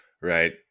Right